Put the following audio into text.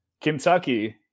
Kentucky